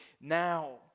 now